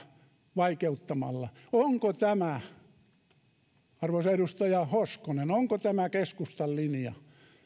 vaikeuttamalla onko tämä arvoisa edustaja hoskonen onko keskustan linja